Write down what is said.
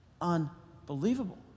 Unbelievable